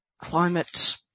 climate